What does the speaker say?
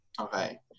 Okay